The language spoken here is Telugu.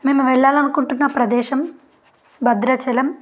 మేము వెళ్ళాలనుకుంటున్న ప్రదేశం భద్రాచలం